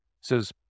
says